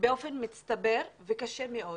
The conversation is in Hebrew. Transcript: באופן מצטבר וקשה מאוד.